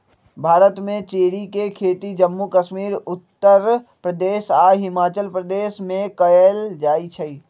भारत में चेरी के खेती जम्मू कश्मीर उत्तर प्रदेश आ हिमाचल प्रदेश में कएल जाई छई